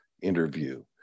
interview